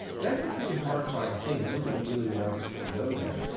that's a pretty horrifying thing. nobody really wants to go there.